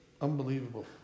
Unbelievable